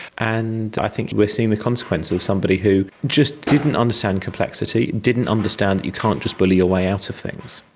and i think we are seeing the consequence of somebody who just didn't understand complexity, didn't understand that you can't just bully your way out of things.